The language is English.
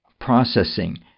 processing